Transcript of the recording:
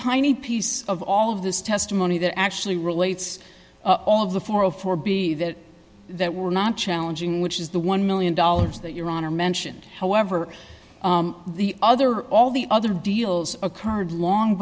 tiny piece of all of this testimony that actually relates all of the four of four b that that we're not challenging which is the one million dollars that your honor mentioned however the other all the other deals occurred long